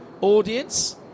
audience